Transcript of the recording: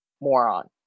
moron